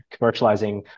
commercializing